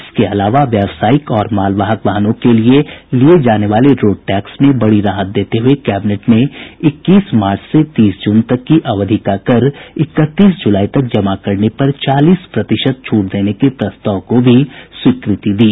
इसके अलावा व्यावसायिक और मालवाहक वाहनों से लिये जाने वाले रोड टैक्स में बड़ी राहत देते हुये कैबिनेट ने इक्कीस मार्च से तीस जून तक की अवधि का कर इकतीस जूलाई तक जमा करने पर चालीस प्रतिशत छूट देने के प्रस्ताव को भी स्वीकृति दी